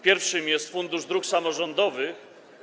Pierwszym jest Fundusz Dróg Samorządowych.